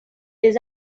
des